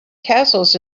castles